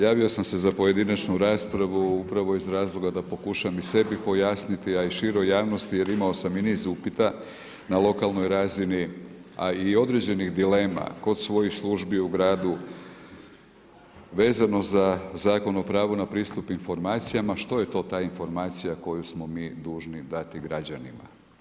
Javio sam se za pojedinačnu raspravu, upravo iz razloga, da pokušam i sebi pojasniti, a i široj javnosti, jer imao sam i niz upita na lokalnoj razini i određenih dilema, kod svojih službi u gradu, vezano za Zakon o pravu na pristup informacijama, što je to ta informacija koju smo mi dužni dati građanima.